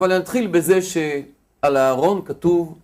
אבל אני אתחיל בזה שעל האהרון כתוב...